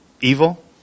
evil